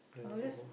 always